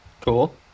Cool